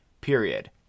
period